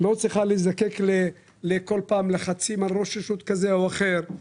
לא צריכה להזדקק ללחצים של ראש רשות כזה או אחר.